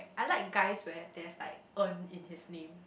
I like guys where there's like En in his name